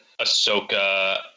Ahsoka